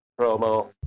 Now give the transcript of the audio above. promo